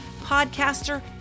podcaster